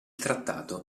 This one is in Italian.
trattato